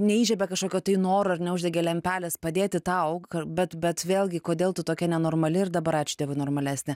neįžiebė kažkokio tai noro ar neuždegė lempelės padėti tau bet bet vėlgi kodėl tu tokia nenormali ir dabar ačiū dievui normalesnė